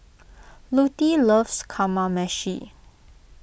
Lutie loves Kamameshi